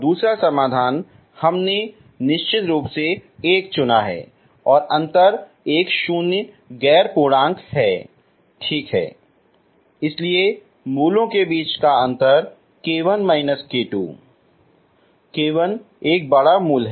दूसरा समाधान हमने एक निश्चित रूप में चुना है और अंतर एक शून्य गैर पूर्णांक है ठीक है इसलिए मूलों के बीच अंतर k1−k2 k1 एक बड़ा मूल है